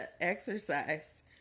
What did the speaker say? exercise